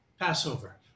Passover